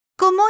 ¿Cómo